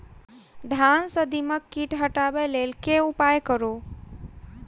धान सँ दीमक कीट हटाबै लेल केँ उपाय करु?